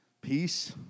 Peace